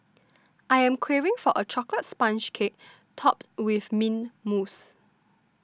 I am craving for a Chocolate Sponge Cake Topped with Mint Mousse